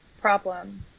problem